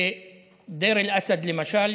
בדיר אל-אסד למשל,